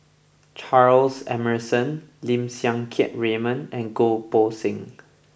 Charles Emmerson Lim Siang Keat Raymond and Goh Poh Seng